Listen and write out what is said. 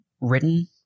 written